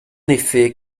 effet